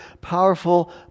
powerful